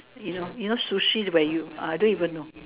you know you know sushi where you uh I don't even know